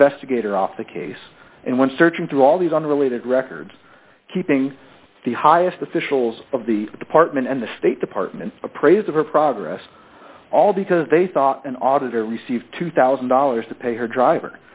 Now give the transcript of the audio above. investigator off the case and went searching through all these unrelated records keeping the highest officials of the department and the state department appraised of her progress all because they thought an auditor received two thousand dollars two cents pay her dr